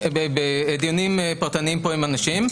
אותו בדיונים פרטניים פה עם אנשים.